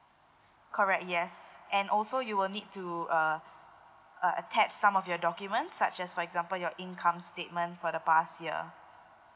correct yes and also you will need to uh uh attach some of your documents such as for example your income statement for the past year